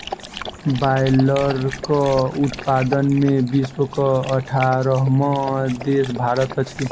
बायलरक उत्पादन मे विश्वक अठारहम देश भारत अछि